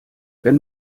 wenn